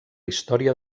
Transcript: història